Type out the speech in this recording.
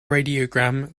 radiogram